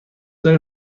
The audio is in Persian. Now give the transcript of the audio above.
داریم